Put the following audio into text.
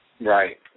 Right